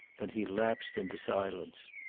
then he lapsed into silence.